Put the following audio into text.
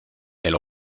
elle